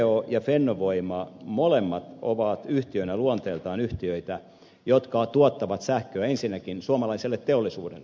tvo ja fennovoima molemmat ovat luonteeltaan yhtiöitä jotka tuottavat sähköä ensinnäkin suomalaiselle teollisuudelle